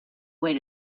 way